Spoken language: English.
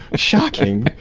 shocking!